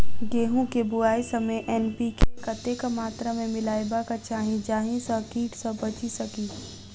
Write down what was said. गेंहूँ केँ बुआई समय एन.पी.के कतेक मात्रा मे मिलायबाक चाहि जाहि सँ कीट सँ बचि सकी?